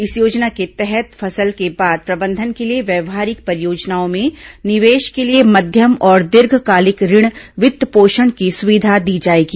इस योजना के तहत फसल के बाद प्रबंधन के लिए व्यवहारिक परियोजनाओं में निवेश के लिए मध्यम और दीर्घकालिक ऋण वित्तपोषण की सुविधा दी जाएगी